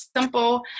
simple